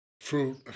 fruit